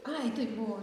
ai taip buvo